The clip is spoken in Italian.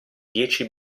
dieci